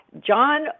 John